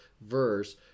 verse